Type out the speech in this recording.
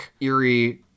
eerie